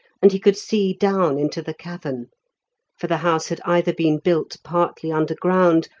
and he could see down into the cavern for the house had either been built partly underground,